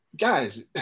guys